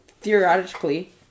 theoretically